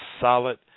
solid